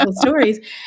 stories